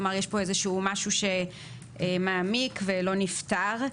כלומר, יש פה משהו שמעמיק ולא נפתר.